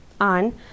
on